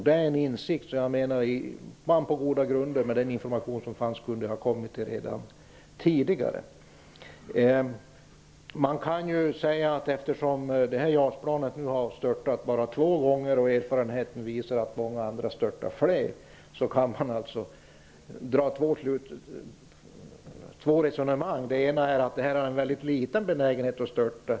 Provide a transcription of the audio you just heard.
Det är en insikt som man kunde ha kommit fram till redan tidigare, med den information som fanns. Eftersom JAS-planet bara har störtat två gånger, och erfarenheter visar att andra plan störtar fler gånger, kan man föra två resonemang. Det ena resonemanget är att planet har liten benägenhet att störta.